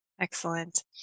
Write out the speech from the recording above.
Excellent